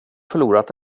förlorat